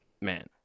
man